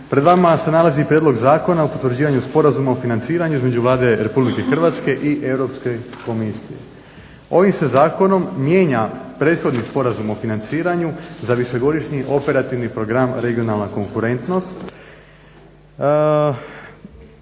Pred vama se nalazi prijedlog zakona o potvrđivanju Sporazuma o financiranju između Vlade Republike Hrvatske i Europske komisije. Ovim se zakonom mijenja prethodni Sporazum o financiranju za višegodišnji operativni program "Regionalna konkurentnost".